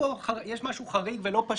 יש משהו חריג ולא פשוט,